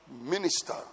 minister